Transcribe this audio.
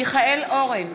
מיכאל אורן,